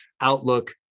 outlook